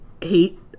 hate